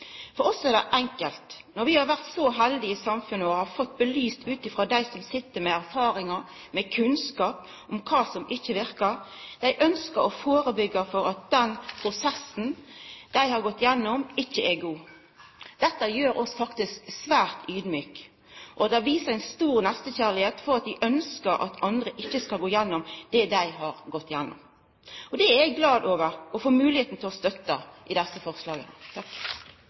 For oss er det enkelt. Vi har vore så heldige i samfunnet at vi har fått belyst dette av dei som sit med erfaringar, med kunnskap om kva som ikkje verkar. Dei ønskjer å førebyggja, då den prosessen dei har gått igjennom, ikkje er god. Dette gjer oss faktisk svært audmjuke. Det viser ein stor nestekjærleik, for dei ønskjer at andre ikkje skal gå igjennom det dei har gått igjennom. Det er eg glad for å få moglegheita til å støtta gjennom desse forslaga.